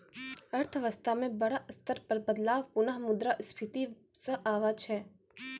अर्थव्यवस्था म बड़ा स्तर पर बदलाव पुनः मुद्रा स्फीती स आबै छै